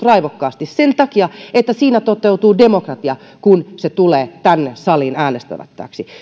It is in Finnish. raivokkaasti sen takia että siinä toteutuu demokratia kun se tulee tänne saliin äänestettäväksi